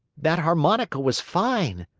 that harmonica was fine!